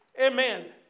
Amen